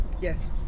yes